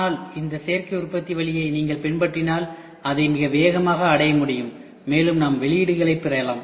ஆனால் இந்த சேர்க்கை உற்பத்தி வழியை நீங்கள் பின்பற்றினால் அதை மிக வேகமாக அடைய முடியும் மேலும் நாம் வெளியீடுகளைப் பெறலாம்